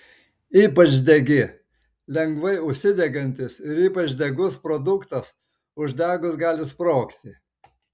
ypač degi lengvai užsidegantis ir ypač degus produktas uždegus gali sprogti